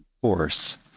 force